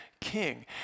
king